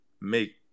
make